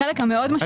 החלק המאוד משמעותי,